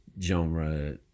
genre